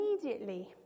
immediately